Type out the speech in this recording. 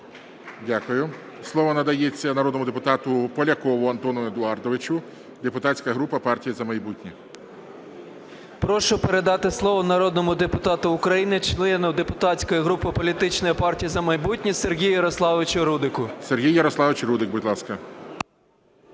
Дякую. Слово надається народному депутату Полякову Антону Едуардовичу, депутатська група "Партія "За майбутнє". 11:27:11 ПОЛЯКОВ А.Е. Прошу передати слово народному депутату України члену депутатської групи політичної "Партії "За майбутнє" Сергію Ярославовичу Рудику. ГОЛОВУЮЧИЙ. Сергій Ярославович Рудик, будь ласка.